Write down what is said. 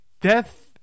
Death